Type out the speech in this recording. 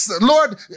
Lord